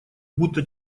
будто